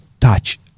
touch